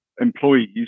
employees